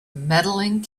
medaling